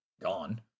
gone